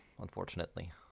unfortunately